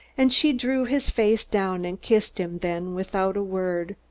and she drew his face down and kissed him then, without a word,